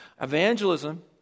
Evangelism